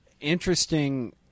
Interesting